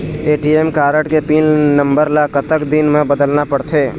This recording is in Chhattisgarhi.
ए.टी.एम कारड के पिन नंबर ला कतक दिन म बदलना पड़थे?